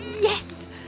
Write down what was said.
Yes